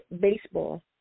baseball